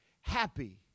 happy